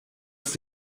dich